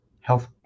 health